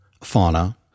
fauna